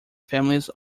families